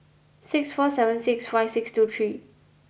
six four seven six five six two three